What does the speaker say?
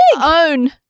own